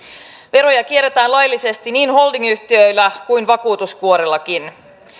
veroja kierretään laillisesti niin holdingyhtiöillä kuin vakuutuskuorillakin